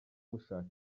mushaka